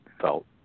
felt